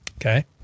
Okay